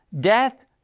death